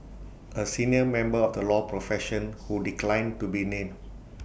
A senior member of the law profession who declined to be named